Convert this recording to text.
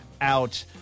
out